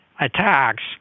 attacks